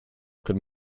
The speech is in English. could